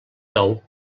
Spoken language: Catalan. tou